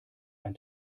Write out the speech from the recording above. ein